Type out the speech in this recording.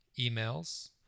Emails